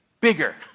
bigger